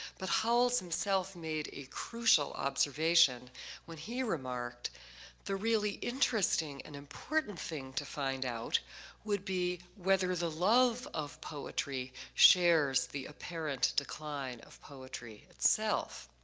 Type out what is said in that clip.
but howells himself made a crucial observation when he remarked the really interesting and important thing to find out would be whether the love of poetry shares the apparent decline of poetry itself.